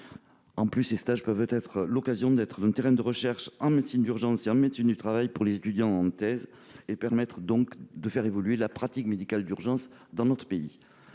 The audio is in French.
Ces stages peuvent aussi être l'occasion d'un terrain de recherche en médecine d'urgence et en médecine du travail pour les étudiants en thèse. Ils peuvent ainsi faire évoluer la pratique médicale d'urgence dans notre pays.